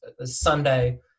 Sunday